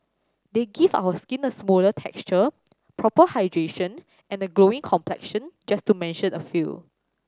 they give our skin a smoother texture proper hydration and a glowing complexion just to mention a few